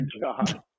God